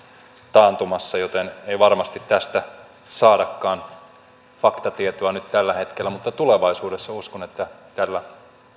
taantumassa joten ei varmasti tästä saadakaan faktatietoa nyt tällä hetkellä mutta tulevaisuudessa uskon että tällä